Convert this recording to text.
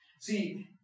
See